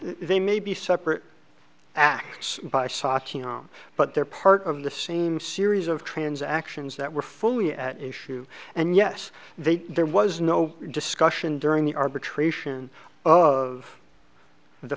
they may be separate acts by saatchi now but they're part of the same series of transactions that were fully at issue and yes they there was no discussion during the arbitration of the